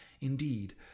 indeed